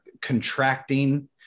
contracting